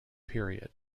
period